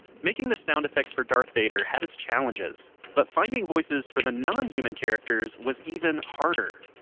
making the sound effects for darth vader had its challenges, but finding voices for the non-human characters was even harder.